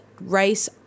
rice